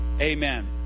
amen